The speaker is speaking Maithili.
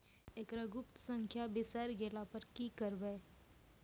एकरऽ गुप्त संख्या बिसैर गेला पर की करवै?